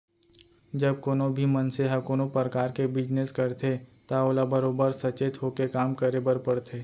जब कोनों भी मनसे ह कोनों परकार के बिजनेस करथे त ओला बरोबर सचेत होके काम करे बर परथे